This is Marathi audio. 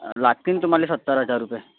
लागतीन तुम्हाला सत्तर हजार रुपये